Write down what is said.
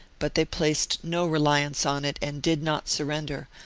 but they placed no reliance on it and did not surrender,